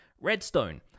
Redstone